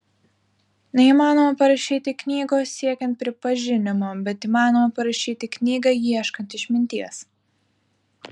neįmanoma parašyti knygos siekiant pripažinimo bet įmanoma parašyti knygą ieškant išminties